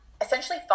essentially